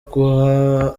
guha